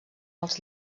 els